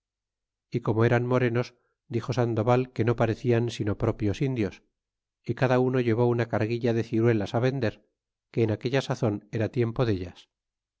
é como eran morenos dixo sandoval que no parecian sino propios indios y cada uno llevó una carguilla de ciruelas vender que en aquella sazon era tiempo dellas